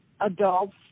adults